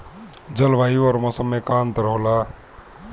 जलवायु और मौसम में का अंतर होला?